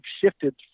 shifted